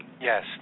Yes